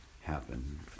happen